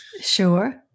Sure